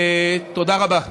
תודה רבה.